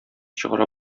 чыгара